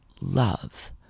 love